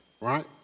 right